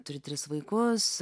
turi tris vaikus